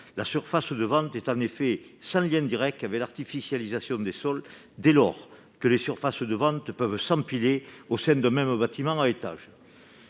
Cette dernière est en effet sans lien direct avec l'artificialisation des sols, dès lors que les surfaces de vente peuvent s'empiler au sein d'un même bâtiment à étages.